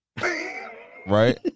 Right